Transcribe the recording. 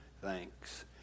thanks